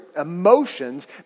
emotions